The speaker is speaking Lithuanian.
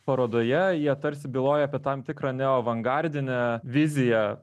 parodoje jie tarsi byloja apie tam tikrą neoavangardinę viziją